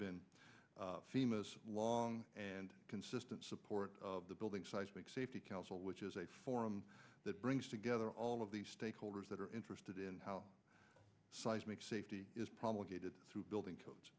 been famous long and consistent support of the building seismic safety council which is a forum that brings together all of the stakeholders that are interested in how seismic safety is probably gated through building